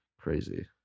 Crazy